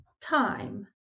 time